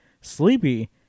sleepy